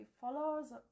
follows